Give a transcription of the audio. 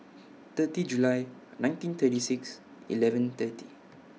thirty July nineteen thirty six eleven thirty